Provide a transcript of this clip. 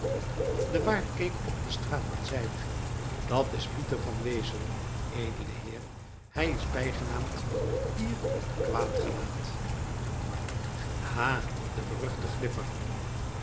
de waard keek op straat en zeide dat is pieter van wezel edele heer hij is bijgenaamd pier quaet gelaet ha de beruchte glipper